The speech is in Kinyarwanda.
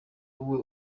wowe